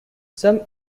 some